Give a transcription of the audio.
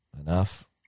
enough